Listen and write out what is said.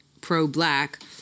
pro-black